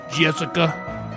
Jessica